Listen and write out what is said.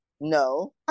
No